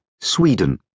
Sweden